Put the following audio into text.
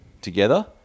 together